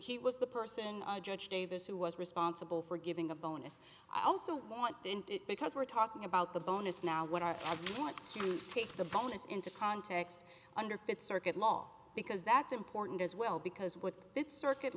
he was the person judge davis who was responsible for giving a bonus i also want because we're talking about the bonus now what i want to take the bonus into context under fifth circuit law because that's important as well because what that circuit